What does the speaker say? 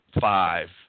five